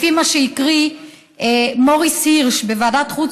לפי מה שהקריא מוריס הירש בוועדת חוץ